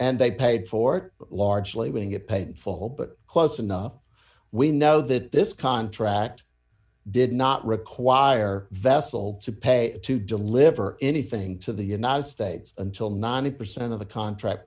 they paid for largely winning it painful but close enough we know that this contract did not require vessel to pay to deliver anything to the united states until ninety percent of the contract